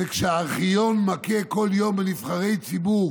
וכשהארכיון מכה בכל יום בנבחרי ציבור